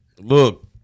Look